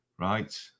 Right